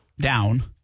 down